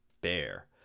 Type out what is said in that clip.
Bear